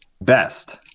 Best